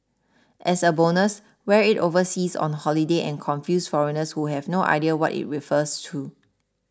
as a bonus wear it overseas on the holiday and confuse foreigners who have no idea what it refers to